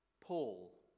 Paul